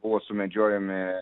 buvo sumedžiojami